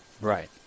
Right